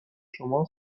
شما